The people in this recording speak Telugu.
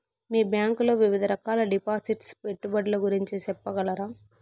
మీ బ్యాంకు లో వివిధ రకాల డిపాసిట్స్, పెట్టుబడుల గురించి సెప్పగలరా?